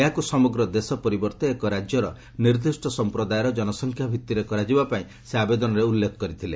ଏହାକୁ ସମଗ୍ର ଦେଶ ପରିବର୍ତ୍ତେ ଏକ ରାଜ୍ୟର ନିର୍ଦ୍ଦିଷ୍ଟ ସମ୍ପ୍ରଦାୟର ଜନସଂଖ୍ୟା ଭିତ୍ତିରେ କରାଯିବାପାଇଁ ସେ ଆବେଦନରେ ଉଲ୍ଲେଖ କରିଥିଲେ